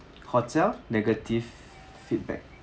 hotel negative feedback